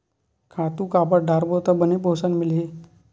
खातु काबर डारबो त बने पोषण मिलही?